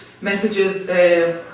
messages